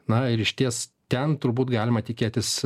na ir išties ten turbūt galima tikėtis